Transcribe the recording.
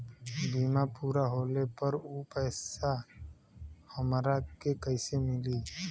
बीमा पूरा होले पर उ पैसा हमरा के कईसे मिली?